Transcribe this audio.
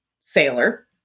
Sailor